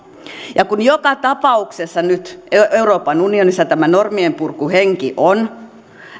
kun joka tapauksessa nyt euroopan unionissa tämä normienpurkuhenki on